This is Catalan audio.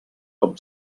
com